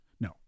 No